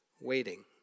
waiting